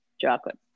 chocolate